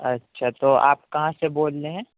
اچھا تو آپ کہاں سے بول رہے ہیں